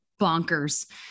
bonkers